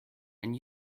and